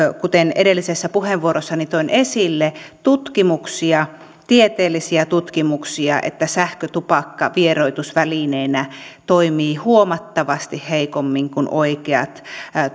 kuten edellisessä puheenvuorossani toin esille tutkimuksia tieteellisiä tutkimuksia että sähkötupakka vieroitusvälineenä toimii huomattavasti heikommin kuin oikeat